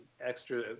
extra